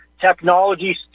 technologies